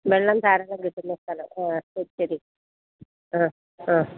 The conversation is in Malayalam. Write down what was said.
വെള്ളം ധാരാളം കിട്ടുന്ന സ്ഥലം ആ ശരി ശരി ആ ആ